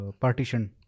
partition